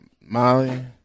Molly